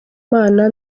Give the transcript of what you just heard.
imana